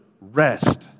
rest